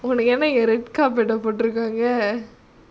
உனக்கென்னஇங்க:unakenna inga red carpet ah போட்ருக்காங்க:potrukanga